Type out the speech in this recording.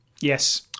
Yes